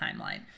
Timeline